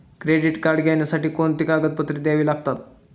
Credit card घेण्यासाठी कोणती कागदपत्रे घ्यावी लागतात?